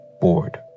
bored